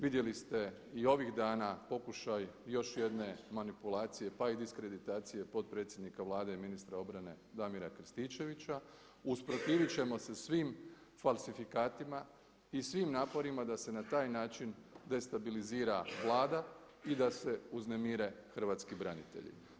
Vidjeli ste i ovih dana pokušaj još jedne manipulacije pa i diskreditacije potpredsjednika Vlade i ministra obrane Damira Krstičevića, usprotivit ćemo se svim falsifikatima i svim naporima da se na taj način destabilizira Vlada i da se uznemire hrvatski branitelji.